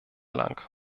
lang